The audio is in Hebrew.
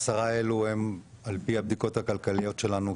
העשרה האלה על פי הבדיקות הכלכליות שלנו,